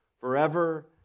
forever